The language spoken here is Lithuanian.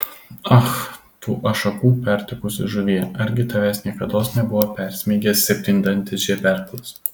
ak tu ašakų pertekusi žuvie argi tavęs niekados nebuvo persmeigęs septyndantis žeberklas